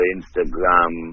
Instagram